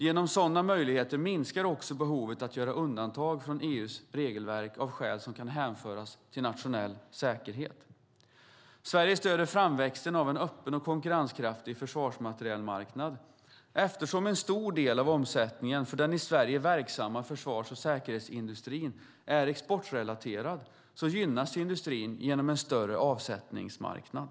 Genom sådana möjligheter minskar också behovet att göra undantag från EU:s regelverk av skäl som kan hänföras till nationell säkerhet. Sverige stöder framväxten av en öppen och konkurrenskraftig försvarsmaterielmarknad. Eftersom en stor del av omsättningen för den i Sverige verksamma försvars och säkerhetsindustrin är exportrelaterad gynnas industrin genom en större avsättningsmarknad.